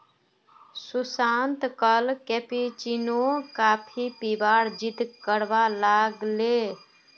सुशांत कल cappuccino coffee पीबार जिद्द करवा लाग ले